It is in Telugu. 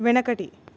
వెనకటి